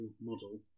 model